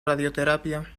radioterapia